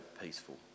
peaceful